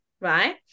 Right